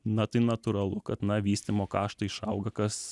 na tai natūralu kad na vystymo kaštai išauga kas